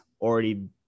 already